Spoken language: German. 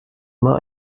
immer